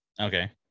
okay